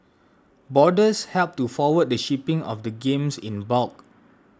boarders helped to forward the shipping of the games in bulk